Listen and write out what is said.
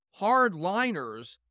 hardliners